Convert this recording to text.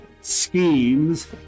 schemes